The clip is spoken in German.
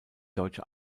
deutsche